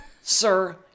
Sir